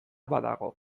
badago